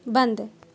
बंद